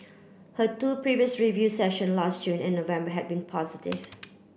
her two previous review session last June and November had been positive